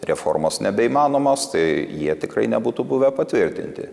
reformos nebeįmanomos tai jie tikrai nebūtų buvę patvirtinti